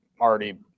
already